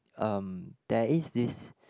um there is this